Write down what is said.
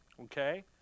okay